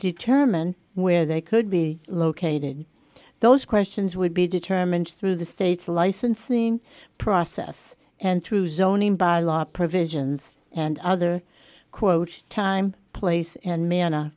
to term and where they could be located those questions would be determined through the state's licensing process and through zoning bylaw provisions and other quote time place and m